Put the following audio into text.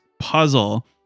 puzzle